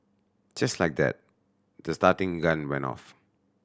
just like that the starting gun went off